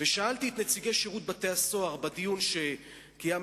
ושאלתי את נציגי שירות בתי-הסוהר בדיון שקיימנו,